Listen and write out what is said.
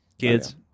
kids